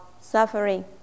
suffering